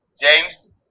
james